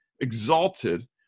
exalted